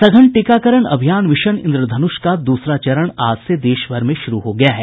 सघन टीकाकरण अभियान मिशन इन्द्रधनुष का दूसरा चरण आज से देशभर में शुरू हो गया है